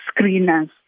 screeners